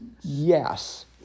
Yes